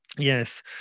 Yes